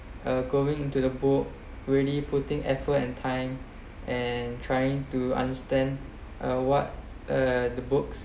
uh going into the book really putting effort and time and trying to understand uh what uh the books